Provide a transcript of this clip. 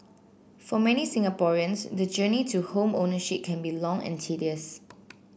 for many Singaporeans the journey to home ownership can be long and tedious